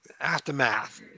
Aftermath